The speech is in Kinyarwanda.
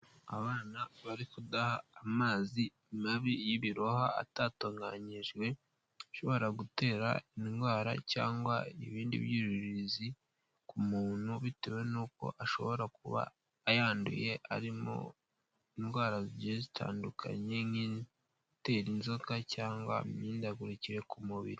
Abana bari kudaha amazi mabi y'ibiroha atatunganyijwe, ashobora gutera indwara cyangwa ibindi byuririzi ku muntu bitewe n'uko ashobora kuba ayanduye arimo indwara zigiye zitandukanye nk'itera inzoka cyangwa imihindagurikire ku mubiri.